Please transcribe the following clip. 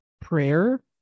prayer